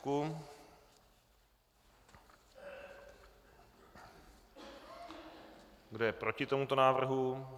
Kdo je proti tomuto návrhu?